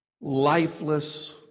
lifeless